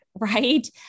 Right